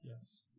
Yes